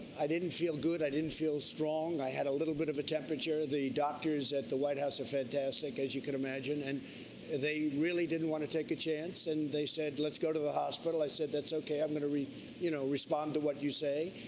i didn't feel good. i didn't feel strong. i had a little bit of a temperature. the doctors at the white house are fantastic, as you can imagine. and they really didn't want to take a chance. and they said let's go to the hospital. i said that's okay, i'm going to, you know, respond to what you say.